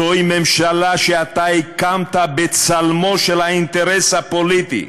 זוהי ממשלה שאתה הקמת בצלמו של האינטרס הפוליטי.